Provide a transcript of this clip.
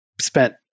spent